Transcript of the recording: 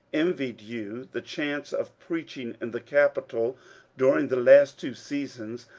envied you the chance of preaching in the capital during the last two seasons,